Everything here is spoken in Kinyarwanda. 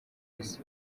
isi